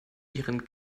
ihren